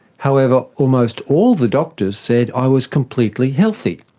however, almost all the doctors said i was completely healthy.